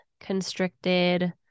constricted